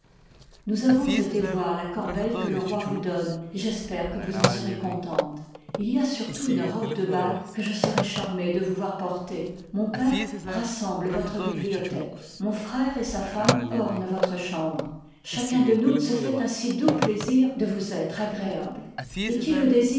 nous avons été voir la corbeille que le roi vous donne et j'espère que vous en serez contente il y a surtout une robe de bal que je serai charmé de vous voir porter mon père rassemble votre bibliothèque mon frère et sa femme ornent votre chambre chacun y de nous se fait un si doux plaisir de vous être agréable et qui le désire